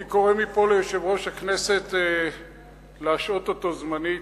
אני קורא מפה ליושב-ראש הכנסת להשעות אותו זמנית,